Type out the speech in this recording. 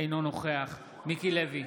אינו נוכח מיקי לוי,